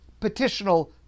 petitional